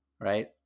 right